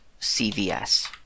CVS